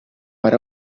per